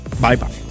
Bye-bye